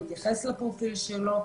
להתייחס לפרופיל שלו,